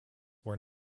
where